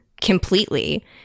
completely